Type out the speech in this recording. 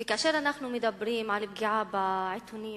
וכאשר אנחנו מדברים על פגיעה בעיתונאים,